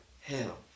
hell